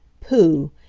pooh!